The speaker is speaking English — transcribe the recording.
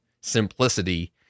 simplicity